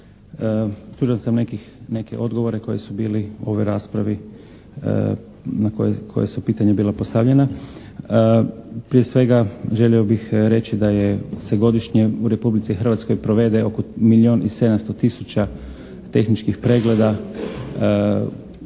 Dužan sam neke odgovore koji su bili u ovoj raspravi, na koje su pitanja bila postavljena. Prije svega, želio bih reći da se godišnje u Republici Hrvatskoj provede oko milijun i 700 tisuća tehničkih pregleda, dakle